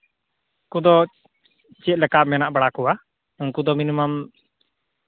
ᱠᱚᱫᱚ ᱪᱮᱫ ᱞᱮᱠᱟ ᱢᱮᱱᱟᱜ ᱵᱟᱲᱟ ᱠᱚᱣᱟ ᱩᱱᱠᱩ ᱫᱚ ᱢᱤᱱᱤᱢᱟᱢ